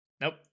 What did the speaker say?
nope